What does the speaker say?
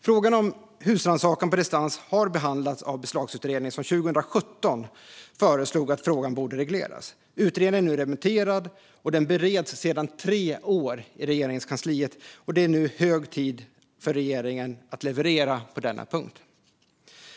Frågan om husrannsakan på distans har behandlats av Beslagsutredningen, som 2017 föreslog att frågan skulle regleras. Utredningen är remitterad, och den bereds sedan tre år tillbaka i Regeringskansliet. Det är nu hög tid för regeringen att leverera på denna punkt.